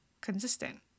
consistent